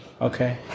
Okay